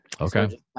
Okay